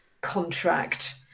contract